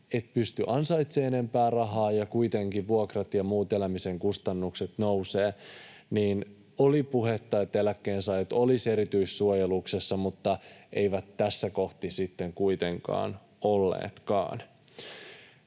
et pysty ansaitsemaan enempää rahaa ja kuitenkin vuokrat ja muut elämisen kustannukset nousevat. Niinpä oli puhetta, että eläkkeensaajat olisivat erityissuojeluksessa, mutta eivät tässä kohtaa sitten kuitenkaan olleetkaan.